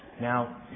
Now